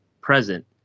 present